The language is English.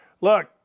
Look